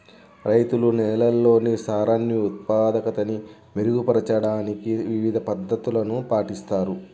రైతులు నేలల్లోని సారాన్ని ఉత్పాదకతని మెరుగుపరచడానికి వివిధ పద్ధతులను పాటిస్తారు